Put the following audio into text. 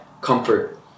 comfort